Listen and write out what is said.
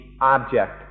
object